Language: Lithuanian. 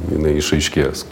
jinai išaiškės